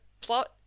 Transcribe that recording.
plot